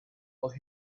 mag